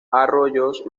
arroyos